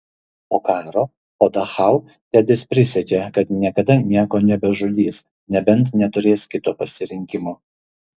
po karo po dachau tedis prisiekė kad niekada nieko nebežudys nebent neturės kito pasirinkimo